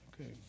Okay